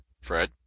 Fred